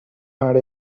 had